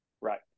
Right